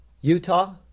Utah